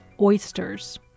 oysters